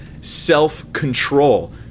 self-control